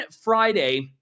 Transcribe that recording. Friday